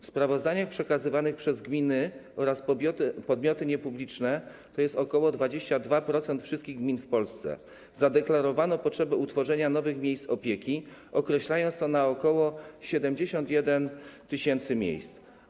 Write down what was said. W sprawozdaniach przekazywanych przez gminy oraz podmioty niepubliczne, tj. ok. 22% wszystkich gmin w Polsce, zadeklarowano potrzebę utworzenia nowych miejsc opieki, określając to na ok. 71 tys. miejsc.